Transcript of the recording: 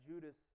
Judas